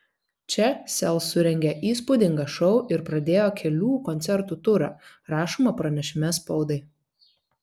čia sel surengė įspūdingą šou ir pradėjo kelių koncertų turą rašoma pranešime spaudai